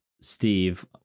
Steve